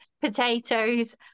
potatoes